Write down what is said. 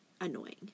Annoying